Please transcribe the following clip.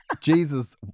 Jesus